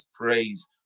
praise